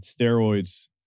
steroids